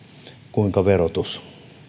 kuinka verotus